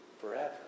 forever